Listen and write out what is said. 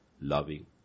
loving